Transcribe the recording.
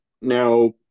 Now